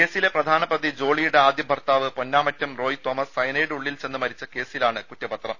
കേസിലെ പ്രധാന പ്രതി ജോളിയുടെ ആദ്യഭർത്താവ് പൊന്നാമറ്റും റോയ് തോമസ് സയനൈഡ് ഉള്ളിൽ ചെന്ന് മരിച്ചു കേസിലാണ് കുറ്റപത്രം